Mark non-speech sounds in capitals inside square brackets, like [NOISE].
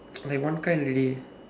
[NOISE] like one kind already